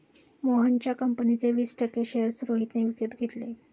मोहनच्या कंपनीचे वीस टक्के शेअर्स रोहितने विकत घेतले